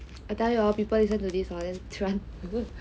I tell you hor people listen to this hor